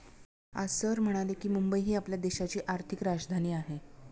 आज सर म्हणाले की, मुंबई ही आपल्या देशाची आर्थिक राजधानी आहे